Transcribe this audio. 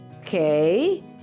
Okay